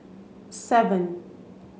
seven